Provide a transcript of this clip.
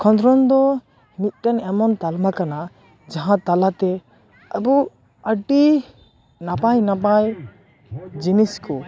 ᱠᱷᱚᱸᱫᱽᱨᱚᱸᱫᱽ ᱫᱚ ᱢᱤᱫᱴᱮᱱ ᱮᱢᱚᱱ ᱛᱟᱞᱢᱟ ᱠᱟᱱᱟ ᱡᱟᱦᱟᱸ ᱛᱟᱞᱟᱛᱮ ᱟᱵᱚ ᱟᱹᱰᱤ ᱱᱟᱯᱟᱭ ᱱᱟᱯᱟᱭ ᱡᱤᱱᱤᱥ ᱠᱚ